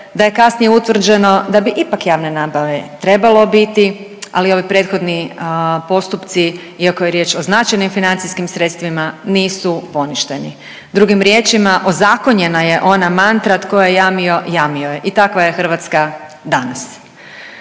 da je kasnije utvrđeno da bi ipak javne nabave trebalo biti, ali ovi prethodni postupci iako je riječ o značajnim financijskim sredstvima nisu poništeni. Drugim riječima, ozakonjena je ona mantra tko je jamio, jamio je i takva je Hrvatska danas.